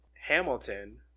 Hamilton